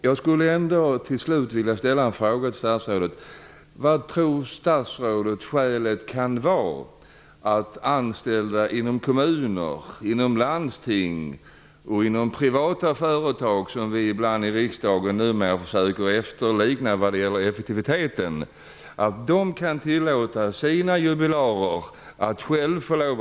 Jag vill till slut ställa en fråga till statsrådet: Vad tror statsrådet skälet kan vara till att anställda inom kommuner, inom landsting och inom privata företag, som vi ibland i riksdagen numera försö ker efterlikna vad gäller effektiviteten, kan tillåta sina jubilarer att själva få välja gåva?